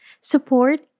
support